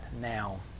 now